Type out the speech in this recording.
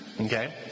Okay